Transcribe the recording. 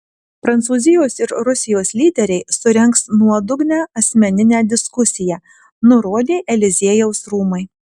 prancūzijos ir rusijos lyderiai surengs nuodugnią asmeninę diskusiją nurodė eliziejaus rūmai